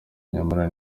nyamara